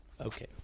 Okay